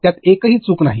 त्यात एकही चूक नाही